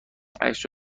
عکس